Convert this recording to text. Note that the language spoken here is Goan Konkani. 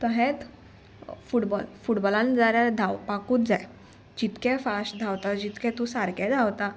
हेंत फुटबॉल फुटबॉलान जाल्यार धांवपाकूच जाय जितकें फास्ट धांवता जितकें तूं सारकें धांवता